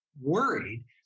worried